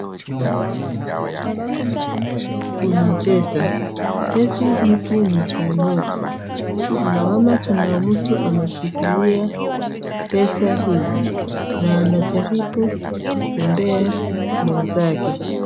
Hapa kuna pesa, pesa hizi ni za noti, tunaona kuna mtu ameshikilia pesa hizi, na anajaribu kupea mwenzake.